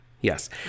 Yes